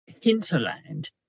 hinterland